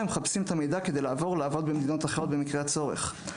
ומחפשים את המידע כדי לעבור לעבוד במדינות אחרות במקרה הצורך.